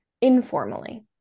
informally